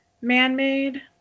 man-made